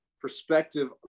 perspective